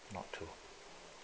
not true